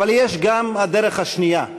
אבל יש גם הדרך השנייה,